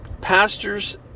pastors